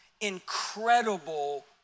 incredible